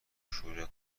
پرشور